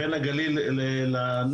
יש מקומות רבים בלי קליטה,